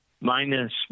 Minus